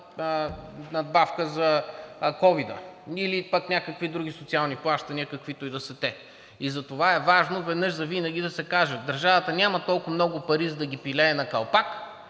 надбавка за ковида или някакви други социални плащания, каквито и да са те? Затова е важно веднъж завинаги да се каже: държавата няма толкова много пари, за да ги пилее на калпак.